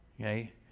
okay